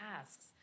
tasks